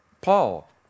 Paul